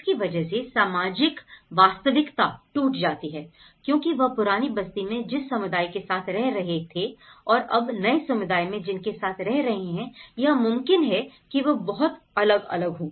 जिसकी वजह से सामाजिक वास्तविकता टूट जाती है क्योंकि वह पुरानी बस्ती में जिस समुदाय के साथ रह रहे थे और अब नए समुदाय में जिनके साथ रह रहे हैं यह मुमकिन है कि वे बहुत अलग अलग हो